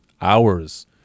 hours